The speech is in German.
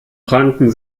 pranken